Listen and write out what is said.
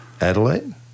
Adelaide